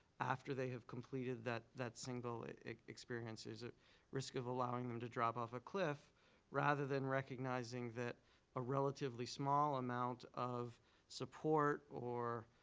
after they have completed that that single experience. there's a risk of allowing them to drop off a cliff rather than recognizing that ah relatively small amount of support or